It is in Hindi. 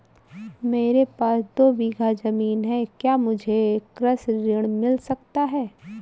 मेरे पास दो बीघा ज़मीन है क्या मुझे कृषि ऋण मिल सकता है?